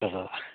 तर